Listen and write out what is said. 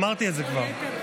אמרתי את זה כבר.